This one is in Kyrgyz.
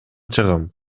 чыгым